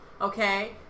okay